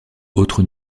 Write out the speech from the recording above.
autres